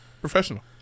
Professional